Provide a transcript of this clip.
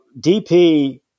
DP